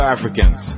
Africans